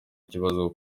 ikibazo